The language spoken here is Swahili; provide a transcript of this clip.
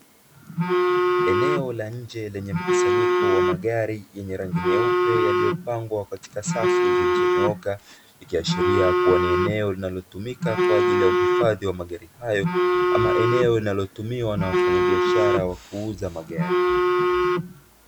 Eneo la nje lenye mkusanyiko wa magari yenye rangi nyeupe yaliyopangwa katika safu zilizonyooka, ikiashiria kuwa ni eneo linalotumika kwa ajili ya uhifadhi wa magari hayo, ama eneo linalotumiwa na wafanyabiashara wa kuuza magari.